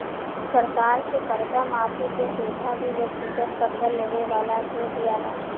सरकार से कर्जा माफी के सुविधा भी व्यक्तिगत कर्जा लेवे वाला के दीआला